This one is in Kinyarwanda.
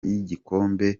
y’igikombe